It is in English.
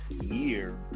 year